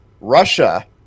Russia